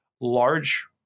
large